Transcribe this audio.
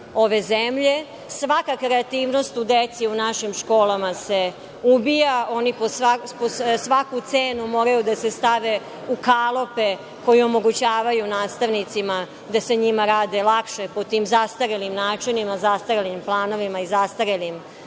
ove zemlje. Svaka kreativnost u deci, u našim školama se ubija. Oni po svaku cenu moraju da se stave u kalupe, koji omogućavaju nastavnicima da sa njima rade lakše po tim zastarelim načinima, zastarelim planovima i zastarelim